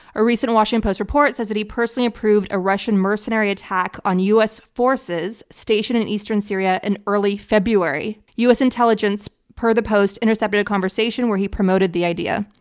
a recent washington post report says that he personally approved a russian mercenary attack on us forces stationed in eastern syria in early february. us intelligence, per the post, intercepted a conversation where he promoted the idea.